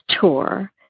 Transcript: tour